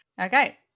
Okay